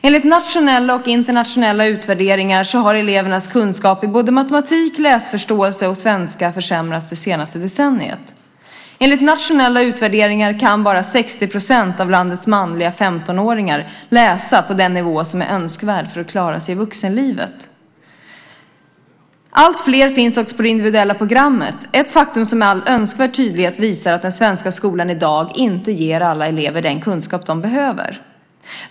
Enligt nationella och internationella utvärderingar har elevernas kunskaper i matematik, läsförståelse och svenska försämrats under det senaste decenniet. Enligt nationella utvärderingar kan bara 60 % av landets manliga 15-åringar läsa på den nivå som är önskvärd för att klara sig i vuxenlivet. Alltfler finns på det individuella programmet, ett faktum som med all önskvärd tydlighet visar att den svenska skolan i dag inte ger alla elever den kunskap som de behöver.